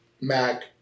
MAC